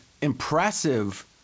impressive